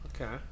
okay